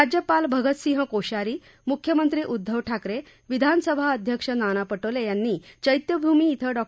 राज्यपाल भगतसिंह कोश्यारीमुख्यमंत्री उद्धव ठाकरे विधान सभा अध्यक्ष नाना पटोले यांनी चैत्यभूमी क्रिं डॉ